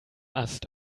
ast